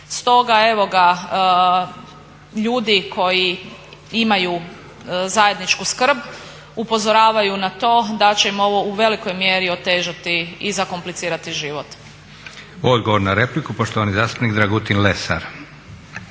Stoga evo ga, ljudi koji imaju zajedničku skrb upozoravaju na to da će im ovo u velikoj mjeri otežati i zakomplicirati život. **Leko, Josip (SDP)** Odgovor na repliku, poštovani zastupnik Dragutin Lesar.